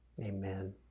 Amen